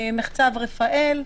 מחצב רפאל,